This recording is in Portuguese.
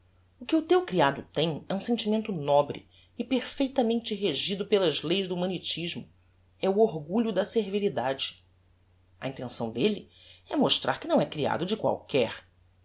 o que o teu criado tem é um sentimento nobre e perfeitamente regido pelas leis do humanitismo é o orgulho da servilidade a intenção delle é mostrar que não é criado de qualquer